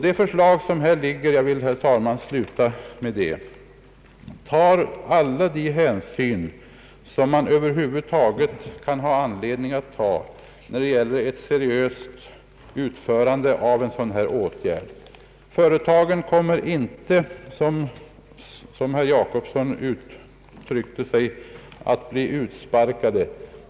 Det förslag som har framlagts — jag vill, herr talman, sluta med det — tar all den hänsyn som man över huvud taget kan ha anledning att ta när det gäller att komma till rätta med de problem som föreligger på detta område. Företagen kommer inte, som herr Jacobsson uttryckte sig, att bli utsparkade.